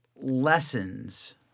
lessons